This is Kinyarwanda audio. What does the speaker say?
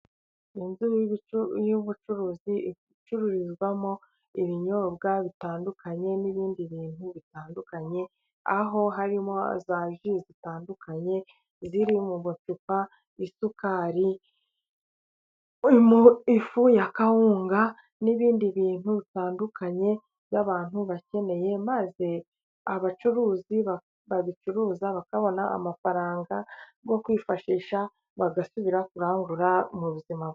Inzu y'ubucuruzi icururizwamo ibinyobwa bitandukanye, n'ibindi bintu bitandukanye ,aho harimo: za ji zitandukanye ziri mu bucupa, isukari , ifu ya kawunga n'ibindi bintu bitandukanye, n'abantu bakeneye maze abacuruzi babicuruza bakabona amafaranga yo kwifashisha, bagasubira kurangurara mu buzima.